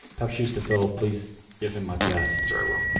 tough shoes to fill. please give him my best. sir, i will.